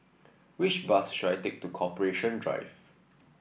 which bus should I take to Corporation Drive